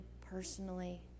personally